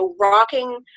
rocking